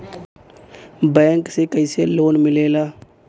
Bank से कइसे loan मिलेला?